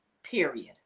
Period